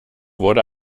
wurde